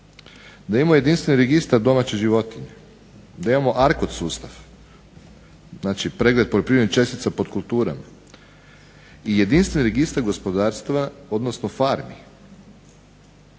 da imamo jedinstveni registar domaćih životinja, da imamo ARCOD sustav, znači pregled poljoprivrednih čestica podkultura i jedinstven registar gospodarstva, odnosno farmi.